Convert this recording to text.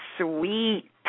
Sweet